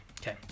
Okay